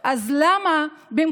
הוא גם חושב על הסובבים אותו.